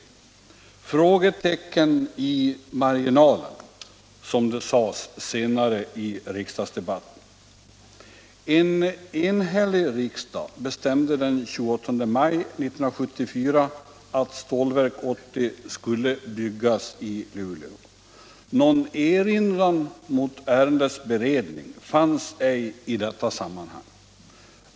”Frågetecken i marginalen”, som det sades senare i riksdagsdebatten. En enhällig riksdag bestämde den 28 maj 1974 att Stålverk 80 skulle byggas i Luleå. Någon erinran mot ärendets beredning fanns ej i detta sammanhang.